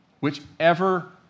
Whichever